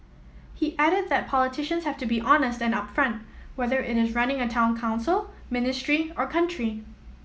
he added that politicians have to be honest and upfront whether it is running a Town Council ministry or country